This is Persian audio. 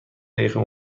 دقیقه